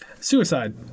Suicide